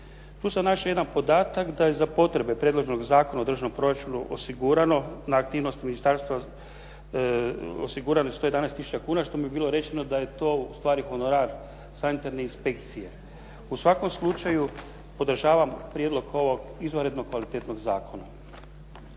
Tu sam našao jedan podatak da je za potrebe predloženog Zakona o državnom proračunu osigurano na aktivnosti Ministarstva osigurano 111000 kuna što mi je bilo rečeno da je to u stvari honorar Sanitarne inspekcije. U svakom slučaju podržavam prijedlog ovog izvanredno kvalitetnog zakona.